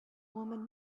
woman